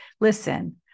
Listen